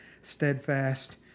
steadfast